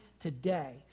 today